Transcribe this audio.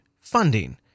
funding